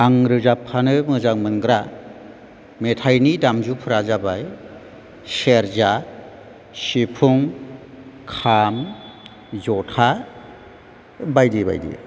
आं रोजाबफानो मोजां मोनग्रा मेथाइनि दामजुफोरा जाबाय सेरजा सिफुं खाम जथा बायदि बायदि